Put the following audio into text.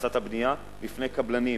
להאצת הבנייה, בפני קבלנים.